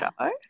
Show